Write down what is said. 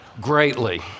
greatly